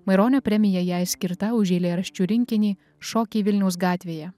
maironio premija jai skirta už eilėraščių rinkinį šokiai vilniaus gatvėje